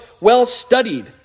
well-studied